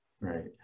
Right